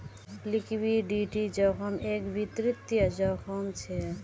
liquidity जोखिम एक वित्तिय जोखिम छे